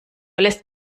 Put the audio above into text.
lässt